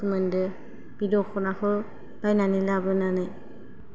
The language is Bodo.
दुखु मोनदों बे दखनाखौ बायनानै लाबोनानै